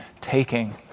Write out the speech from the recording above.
taking